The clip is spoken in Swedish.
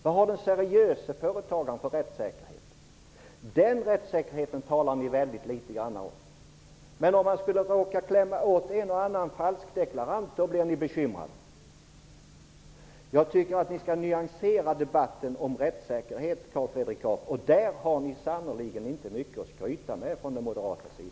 Vad har den seriöse företagaren för rättssäkerhet? Den rättssäkerheten talar ni väldigt litet om. Men om man skulle råka klämma åt en och annan falskdeklarant, då blir ni bekymrade. Jag tycker att ni skall nyansera debatten om rättssäkerhet, Carl Fredrik Graf. Där har ni från den moderata sidan sannerligen inte mycket att skryta med.